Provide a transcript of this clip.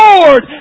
Lord